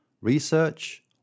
research